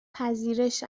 پذیرش